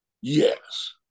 Yes